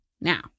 Now